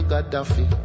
Gaddafi